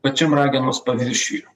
pačiam ragenos paviršiuje